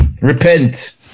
Repent